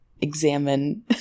examine